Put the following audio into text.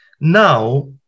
Now